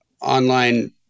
online